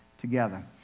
together